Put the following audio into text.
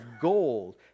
gold